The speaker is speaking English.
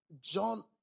John